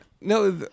no